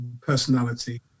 personality